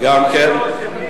גם כן.